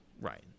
Right